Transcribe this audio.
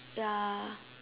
ya